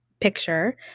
picture